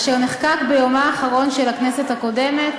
אשר נחקק ביומה האחרון של הכנסת הקודמת,